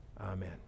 Amen